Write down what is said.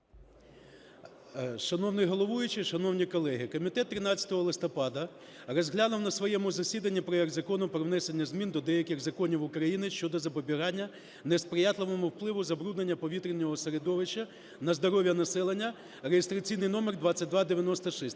Шановний головуючий, шановні колеги! Комітет 13 листопада розглянув на своєму засіданні проект Закону про внесення змін до деяких законів України щодо запобігання несприятливому впливу забруднення повітряного середовища на здоров'я населення (реєстраційний номер 2296)